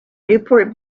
newport